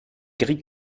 gris